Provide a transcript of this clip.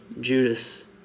judas